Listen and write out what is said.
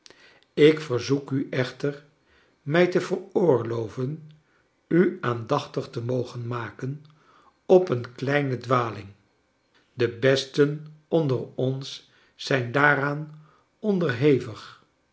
ik verzoek u echter mij te veroorloven u aandachtig te mogen maken op een kleine dwaling de besten onder ons zijn daaraan onderhevig